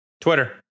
Twitter